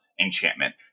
enchantment